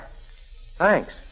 Thanks